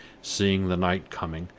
seeing the night coming,